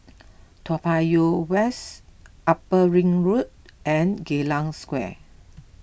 Toa Payoh West Upper Ring Road and Geylang Square